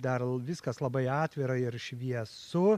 dar viskas labai atvira ir šviesu